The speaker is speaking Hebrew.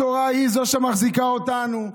התורה היא שמחזיקה אותנו.